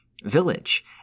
village